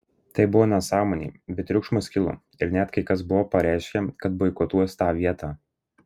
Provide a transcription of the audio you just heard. tai buvo nesąmonė bet triukšmas kilo ir net kai kas buvo pareiškę kad boikotuos tą vietą